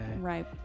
Right